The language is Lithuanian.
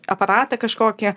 aparatą kažkokį